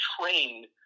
trained